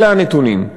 אלה הנתונים.